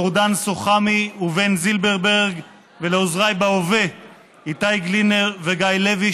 אורדן סוחמי ובן זילברברג ולעוזריי בהווה איתי גלינר וגיא לוי,